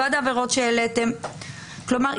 כלומר,